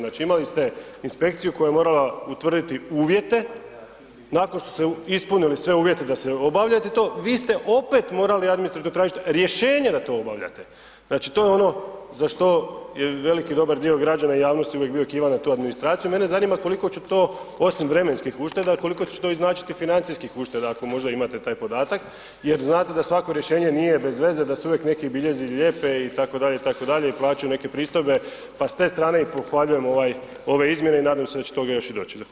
Znači imali ste inspekciju koja je morala utvrditi uvjete, nakon što ste ispunili sve uvjete da se obavlja to, vi ste opet morali administrativno tražit rješenje da to obavljate znači to je ono za što je veliki i dobar dio građana i javnosti uvijek bio kivan na tu administraciju, mene zanima koliko će to osim vremenskih ušteda, koliko će to i značiti financijskih ušteda, ako možda imate taj podatak, jer znate da svako rješenje nije bez veze, da se uvijek neki biljezi lijepe i tako dalje, i tako dalje, i plaćaju neke pristojbe, pa s te strane i pohvaljujem ovaj, ove izmjene i nadam se da će toga još i doći.